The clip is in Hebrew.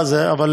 מההתחלה.